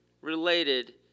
related